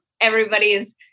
Everybody's